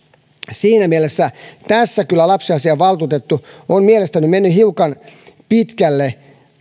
siinä mielessä tässä kyllä lapsiasiainvaltuutettu on mielestäni mennyt hiukan pitkälle